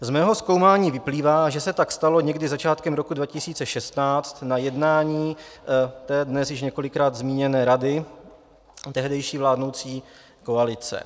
Z mého zkoumání vyplývá, že se tak stalo někdy začátkem roku 2016 na jednání té dnes již několikrát zmíněné rady tehdejší vládnoucí koalice.